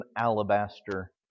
alabaster